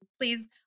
please